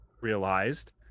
realized